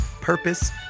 purpose